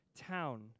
town